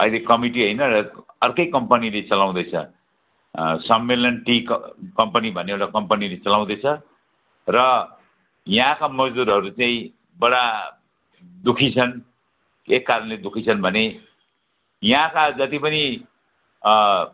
अहिले कमिटी हैन अर्कै कम्पनीले चलाउँदैछ सम्मेलन टी क कम्पनी भन्ने एउटा टी कम्पनीले चलाउँदैछ र यहाँका मजदुरहरू चाहिँ बडा दुखी छन् के कारणले दुखी छन् भने यहाँका जति पनि